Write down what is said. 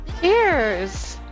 cheers